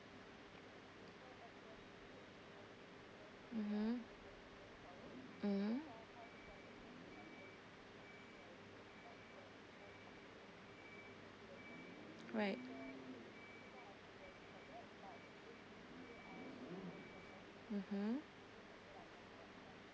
mmhmm mm right mmhmm